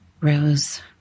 rose